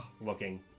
looking